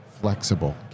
flexible